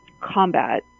combat